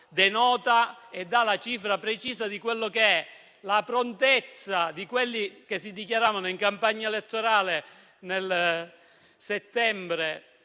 denota e dà la cifra precisa della prontezza di quelli che si dichiaravano in campagna elettorale, nel settembre